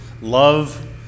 love